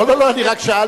לא, לא, לא אני רק שאלתי.